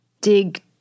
dig